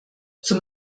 zum